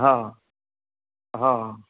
हां हां